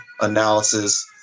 analysis